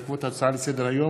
בעקבות דיון בהצעה לסדר-היום